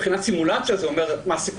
הם מהווים סימולציה שאומרת מה הסיכוי